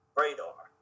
radar